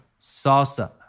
Salsa